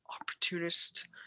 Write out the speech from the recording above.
opportunist